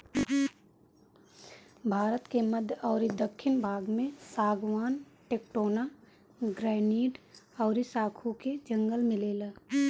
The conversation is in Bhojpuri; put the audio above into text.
भारत के मध्य अउरी दखिन भाग में सागवान, टेक्टोना, ग्रैनीड अउरी साखू के जंगल मिलेला